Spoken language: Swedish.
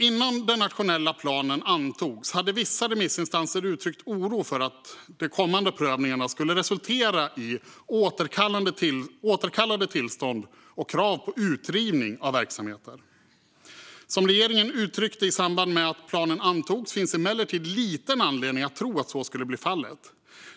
Innan den nationella planen antogs hade vissa remissinstanser uttryckt oro för att de kommande prövningarna skulle resultera i återkallade tillstånd och krav på utrivning av verksamheter. Som regeringen uttryckte i samband med att planen antogs finns emellertid liten anledning att tro att så skulle bli fallet.